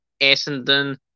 Essendon